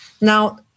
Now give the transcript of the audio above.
Now